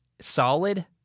solid